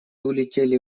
улетели